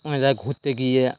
অনেক জায়গায় ঘুরতে গিয়ে